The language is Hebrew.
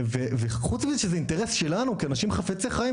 וחוץ מזה זה אינטרס שלנו כאנשים חפצי חיים,